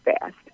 fast